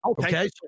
Okay